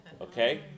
Okay